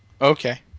Okay